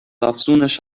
افزونش